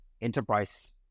enterprise